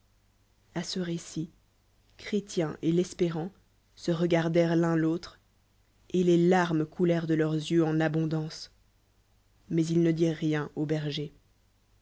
a ce récit chrétien et l'espérant se regardèrent fun l'autre et les larmescoulèrent deleurs yeux en abondancc mais ils ne dirent rien aux bergers